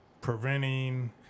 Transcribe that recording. preventing